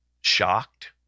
shocked